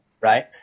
right